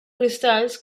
cristalls